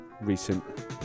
recent